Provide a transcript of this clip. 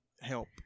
help